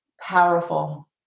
Powerful